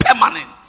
permanent